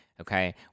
Okay